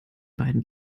beiden